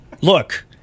Look